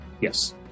Yes